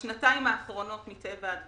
בשנתיים האחרונות, מטבע הדברים,